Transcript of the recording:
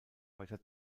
weiter